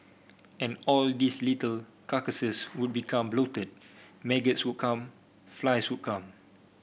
and all these little carcasses would become bloated maggots would come flies would come